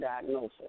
diagnosis